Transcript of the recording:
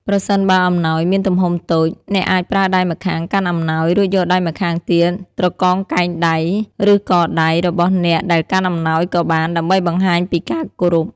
ប្រសិនបើអំណោយមានទំហំតូច អ្នកអាចប្រើដៃម្ខាងកាន់អំណោយ រួចយកដៃម្ខាងទៀតត្រកងកែងដៃ ឬកដៃរបស់អ្នកដែលកាន់អំណោយក៏បាន ដើម្បីបង្ហាញពីការគោរព។